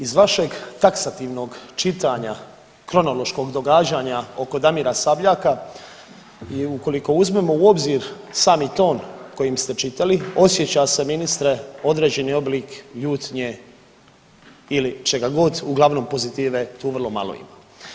Iz vašeg taksativnog čitanja kronološkog događanja oko Damira Sabljaka i ukoliko uzmemo u obzir sami ton kojim ste čitali, osjeća se ministre, određeni oblik ljutnje ili čega god, uglavnom pozitive tu vrlo malo ima.